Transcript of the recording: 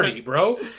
bro